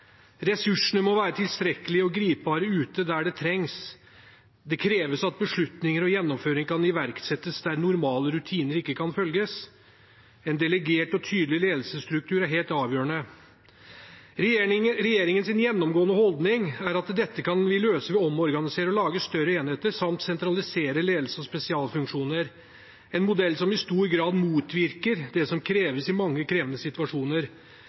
Ressursene må være tilstrekkelige og gripbare ute, der de trengs. Det kreves at beslutninger og gjennomføring kan iverksettes der normale rutiner ikke kan følges. En delegert og tydelig ledelsesstruktur er helt avgjørende. Regjeringens gjennomgående holdning er at vi kan løse dette ved å omorganisere og lage større enheter samt sentralisere ledelse og spesialfunksjoner – en modell som i stor grad motvirker det som kreves i mange krevende situasjoner.